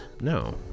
No